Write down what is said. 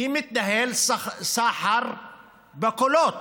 כי מתנהל סחר בקולות.